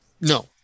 no